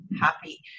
happy